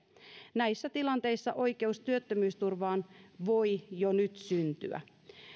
näissä tilanteissa oikeus työttömyysturvaan voi jo nyt syntyä